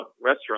restaurant